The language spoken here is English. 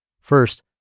First